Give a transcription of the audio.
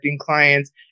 clients